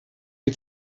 die